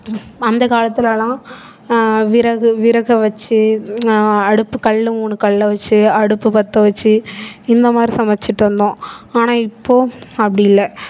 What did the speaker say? அந்த காலத்துலலாம் விறகு விறகை வச்சு அடுப்பு கல் மூணு கல்லை வச்சு அடுப்பு பற்ற வச்சு இந்தமாதிரி சமைச்சிட்டு இருந்தோம் ஆனால் இப்போது அப்படி இல்லை